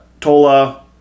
tola